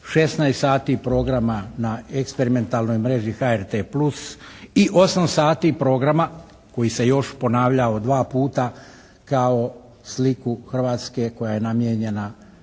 16 sati programa na eksperimentalnoj mreži HRT Plus i 8 sati programa koji se još ponavljao dva puta kao sliku Hrvatske koja je namijenjena